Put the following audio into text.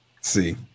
see